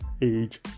age